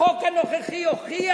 החוק הנוכחי הוכיח.